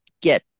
get